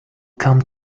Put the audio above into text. come